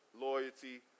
loyalty